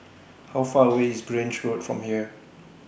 How Far away IS Grange Road from here